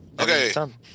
Okay